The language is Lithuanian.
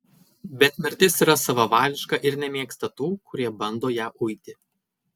bet mirtis yra savavališka ir nemėgsta tų kurie bando ją uiti